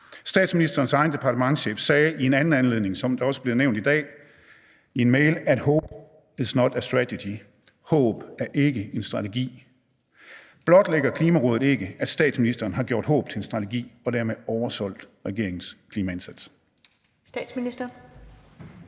Statsministerens egen departementschef sagde i en anden anledning, som det også er blevet nævnt i dag, i en mail, at: hope is not a strategy – håb er ikke en strategi. Blotlægger Klimarådet ikke, at statsministeren har gjort håb til en strategi og dermed oversolgt regeringens klimaindsats?